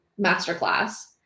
masterclass